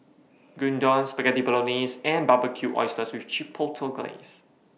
Gyudon Spaghetti Bolognese and Barbecued Oysters with Chipotle Glaze